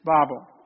Bible